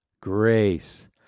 grace